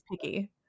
picky